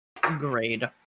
grade